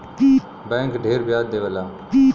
bank ढेर ब्याज देवला